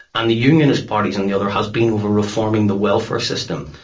and the unionist parties on the other, has been over reforming the welfare system.